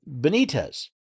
Benitez